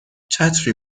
چتری